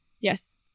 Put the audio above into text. Yes